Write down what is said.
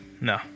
No